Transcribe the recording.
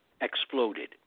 exploded